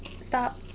stop